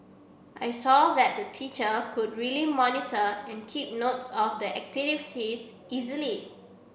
I saw that the teacher could really monitor and keep notes of the activities easily